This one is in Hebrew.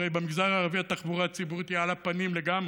הרי במגזר הערבי התחבורה הציבורית היא על הפנים לגמרי.